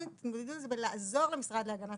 ותתמודדו עם זה על ידי מתן עזרה למשרד להגנת